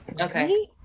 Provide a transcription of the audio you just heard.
Okay